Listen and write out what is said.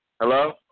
Hello